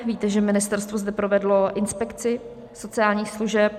Víte, že ministerstvo zde provedlo inspekci sociálních služeb.